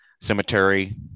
cemetery